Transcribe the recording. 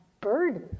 burden